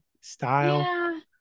style